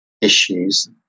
issues